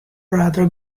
rather